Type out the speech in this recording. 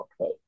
okay